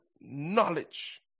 knowledge